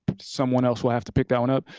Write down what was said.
someone else will have to pick that one up.